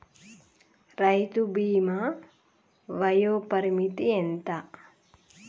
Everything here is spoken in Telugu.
రైతు బీమా వయోపరిమితి ఎంత?